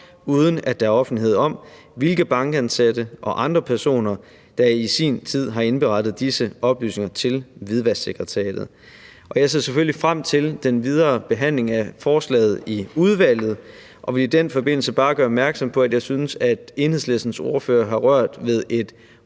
uden at der er offentlighed om, hvilke bankansatte og andre personer der i sin tid har indberettet disse oplysninger til Hvidvasksekretariatet. Jeg ser selvfølgelig frem til den videre behandling af forslaget i udvalget og vil i den forbindelse bare gøre opmærksom på, at jeg synes, at Enhedslistens ordfører har rørt ved et